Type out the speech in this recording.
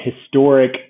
historic